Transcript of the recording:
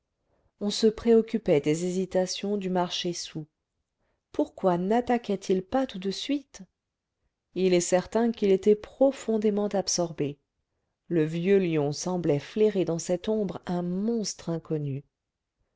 on se préoccupait des hésitations du maréchal soult pourquoi nattaquait il pas tout de suite il est certain qu'il était profondément absorbé le vieux lion semblait flairer dans cette ombre un monstre inconnu